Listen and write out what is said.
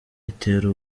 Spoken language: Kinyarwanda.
itera